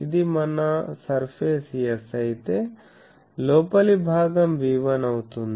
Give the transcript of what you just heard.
ఇది మన surface S అయితే లోపలి భాగం V1 అవుతుంది